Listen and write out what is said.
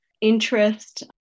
interest